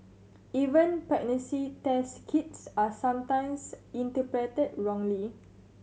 even pregnancy test kits are sometimes interpreted wrongly